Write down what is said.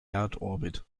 erdorbit